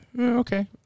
Okay